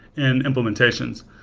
and implementations.